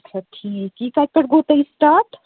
اچھا ٹھیٖک یہِ کَتہِ پیٚٹھٕ گوٚو تۄہہِ سِٹاٹ